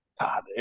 God